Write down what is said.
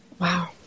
Wow